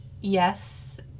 yes